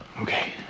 Okay